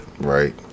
right